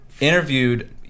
Interviewed